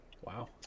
Wow